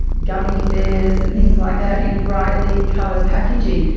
gummy bears and things like that, in brightly coloured packaging.